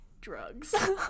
drugs